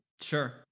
Sure